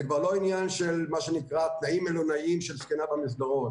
זה כבר לא עניין של מה שנקרא תנאים מלונאיים של זקנה במסדרון.